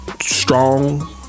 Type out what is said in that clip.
strong